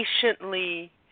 patiently